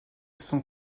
sont